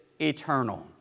eternal